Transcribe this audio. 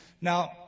Now